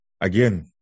Again